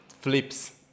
flips